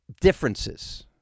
differences